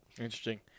Interesting